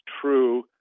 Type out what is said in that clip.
true